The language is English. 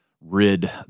rid